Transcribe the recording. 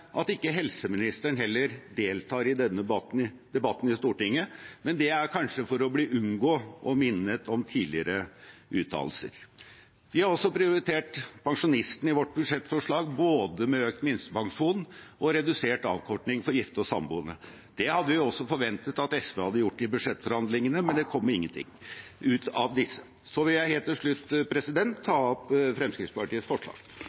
at heller ikke helseministeren deltar i denne debatten i Stortinget, men det er kanskje for å unngå å bli minnet om tidligere uttalelser. Vi har også prioritert pensjonistene i vårt budsjettforslag, med både økt minstepensjon og redusert avkortning for gifte og samboende. Det hadde vi også forventet at SV hadde gjort i budsjettforhandlingene, men det kom ingenting ut av disse. Helt til slutt vil jeg